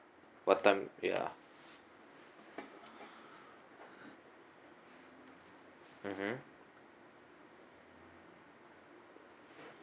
what time ya mm hmm